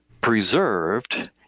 preserved